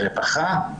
רווחה,